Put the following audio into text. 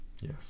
yes